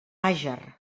àger